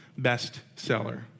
bestseller